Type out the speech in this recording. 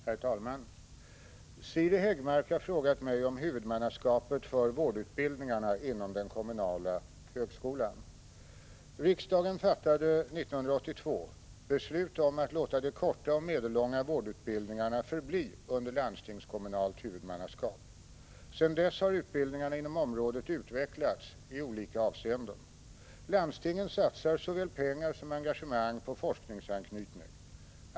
Herr talman! Siri Häggmark har frågat mig om huvudmannaskapet för vårdutbildningarna inom den kommunala högskolan. Riksdagen fattade år 1982 beslut om att låta de korta och medellånga vårdutbildningarna förbli under landstingskommunalt huvudmannaskap. Sedan dess har utbildningarna inom området utvecklats i olika avseenden. Landstingen satsar såväl pengar som engagemang på forskningsanknytning.